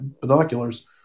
binoculars